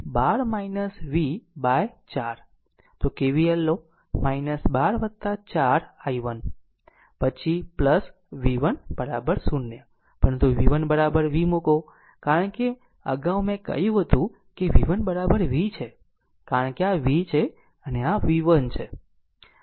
તો KVL લો 12 4 i1 પછી v 1 0 પરંતુ v 1 v મૂકો કારણ કે અગાઉ મેં કહ્યું હતું કે અહીં v 1 v છે કારણ કે આ v છે આ v 1 છે